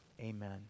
Amen